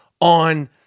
on